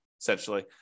essentially